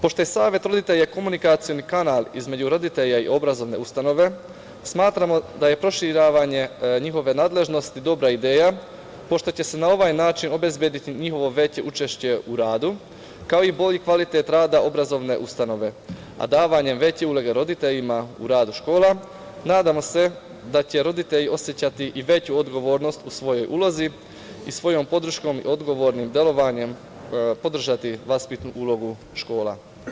Pošto je savet roditelja komunikacioni kanal između roditelja i obrazovne ustanove smatramo da je proširenje njihove nadležnosti dobra ideja pošto će se na ovaj način obezbediti njihove veće učešće u radu, kao i bolji kvalitet rada obrazovne ustanove, a davanjem veće uloge roditeljima u radu škola nadamo se da će roditelji osećati i veću odgovornost u svojoj ulozi i svojom podrškom i odgovornim delovanjem podržati vaspitnu ulogu škola.